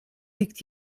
liegt